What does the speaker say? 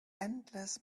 endless